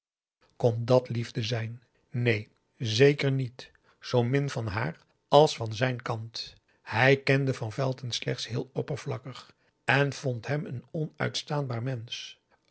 kon dàt liefde zijn neen zeker niet zoo min van haar als van zijn kant hij kende van velton slechts heel oppervlakkig en vond hem een onuitstaanbaar mensch